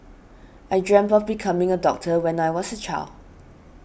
I dreamt of becoming a doctor when I was a child